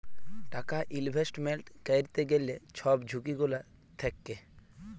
টাকা ইলভেস্টমেল্ট ক্যইরতে গ্যালে ছব ঝুঁকি গুলা থ্যাকে